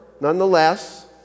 nonetheless